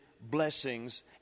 blessings